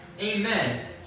Amen